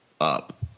up